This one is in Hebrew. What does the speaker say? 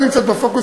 לא נמצאת בפוקוס.